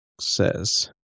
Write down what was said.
says